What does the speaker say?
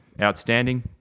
outstanding